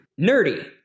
nerdy